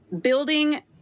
building